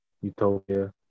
Utopia